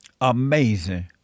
amazing